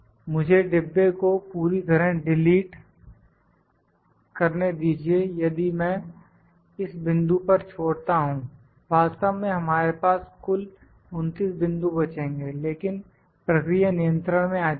मुझे डिब्बे को पूरी तरह डिलीट करने दीजिए यदि मैं इस बिंदु पर छोड़ता हूं वास्तव में हमारे पास कुल 29 बिंदु बचेंगे लेकिन प्रक्रिया नियंत्रण में आ जाएगी